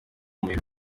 muriro